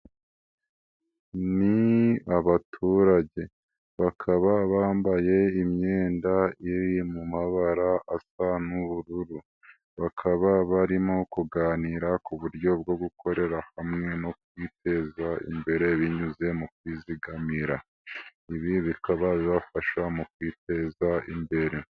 Ni abaturage bakaba bambaye imyenda iri mu mabara asa n'ubururu bakaba barimo kuganira ku buryo bwo gukorera hamwe no kwiteza imbere binyuze mu kwizigamira, ibi bikaba bizafasha mu kwiteza imbere.